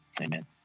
Amen